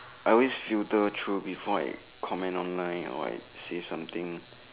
I always filter through before I comment online or say something